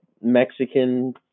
Mexican